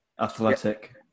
Athletic